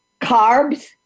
carbs